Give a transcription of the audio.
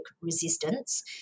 resistance